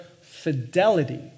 fidelity